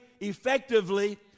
effectively